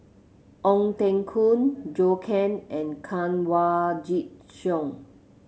Ong Teng Koon Zhou Can and Kanwaljit Soin